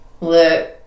Look